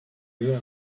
hameau